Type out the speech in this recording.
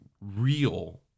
real